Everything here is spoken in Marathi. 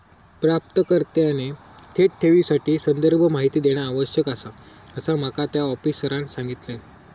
प्राप्तकर्त्याने थेट ठेवीसाठी संदर्भ माहिती देणा आवश्यक आसा, असा माका त्या आफिसरांनं सांगल्यान